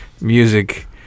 music